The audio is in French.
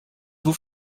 vous